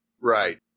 Right